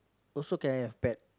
also can have pet